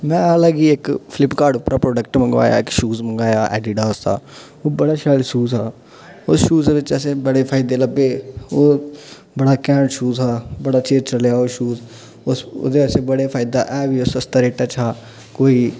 मैं अलग इ इक फ्लिपकार्ट उपरा इक प्रोडैक्ट मंगाया शूज़ मंगाया एडीडास दा ओह् बड़ा शैल शूज़ हा उस शूज़ च असेंई बड़े फायदे लब्भे ओह् बड़ा कैन्ट शूज़ हा बड़ा चिर चलेआ ओह् शूज़ उस ओह्दे असें बड़ा फायदा ए बी सस्ता रेटै च हा